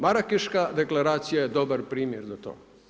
Marakeška deklaracija je dobar primjer za to.